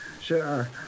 Sure